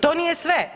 To nije sve.